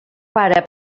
pare